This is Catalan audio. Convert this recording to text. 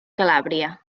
calàbria